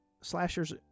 slashers